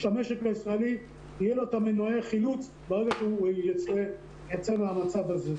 שהמשק הישראלי יהיה לו את מנועי חילוץ ברגע שהוא ייצא מהמצב הזה.